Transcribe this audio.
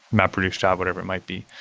mapreduce job, whatever it might be.